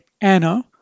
Anna